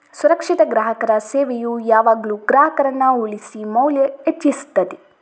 ಸುರಕ್ಷಿತ ಗ್ರಾಹಕರ ಸೇವೆಯು ಯಾವಾಗ್ಲೂ ಗ್ರಾಹಕರನ್ನ ಉಳಿಸಿ ಮೌಲ್ಯ ಹೆಚ್ಚಿಸ್ತದೆ